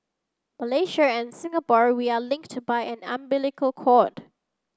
Malaysia and Singapore we are linked by an umbilical cord